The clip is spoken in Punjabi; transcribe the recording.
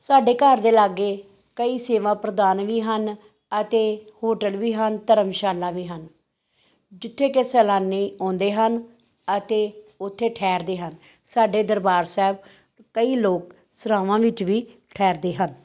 ਸਾਡੇ ਘਰ ਦੇ ਲਾਗੇ ਕਈ ਸੇਵਾ ਪ੍ਰਧਾਨ ਵੀ ਹਨ ਅਤੇ ਹੋਟਲ ਵੀ ਹਨ ਧਰਮਸ਼ਾਲਾ ਵੀ ਹਨ ਜਿੱਥੇ ਕਿ ਸੈਲਾਨੀ ਆਉਂਦੇ ਹਨ ਅਤੇ ਉੱਥੇ ਠਹਿਰਦੇ ਹਨ ਸਾਡੇ ਦਰਬਾਰ ਸਾਹਿਬ ਕਈ ਲੋਕ ਸਰਾਵਾਂ ਵਿੱਚ ਵੀ ਠਹਿਰਦੇ ਹਨ